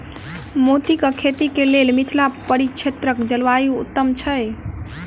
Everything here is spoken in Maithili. मोतीक खेती केँ लेल मिथिला परिक्षेत्रक जलवायु उत्तम छै?